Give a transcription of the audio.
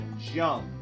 jump